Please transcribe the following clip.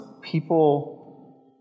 people